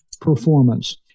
performance